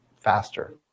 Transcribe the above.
faster